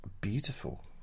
beautiful